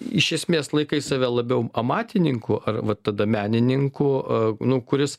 iš esmės laikai save labiau amatininku ar va tada menininku a nu kuris